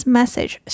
Message